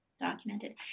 Documented